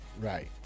Right